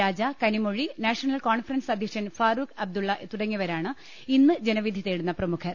രാജ Kanimozhi National Conference അധ്യക്ഷൻ ഫാറുഖ് അബ്ദുള്ള തുടങ്ങിയവരാണ് ഇന്ന് ജനവിധി തേടുന്ന പ്രമുഖർ